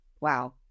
wow